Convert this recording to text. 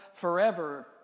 forever